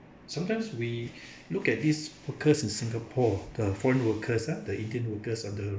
sometimes we look at these workers in singapore the foreign workers ah the indian workers on the